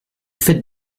faites